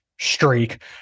Streak